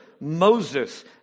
Moses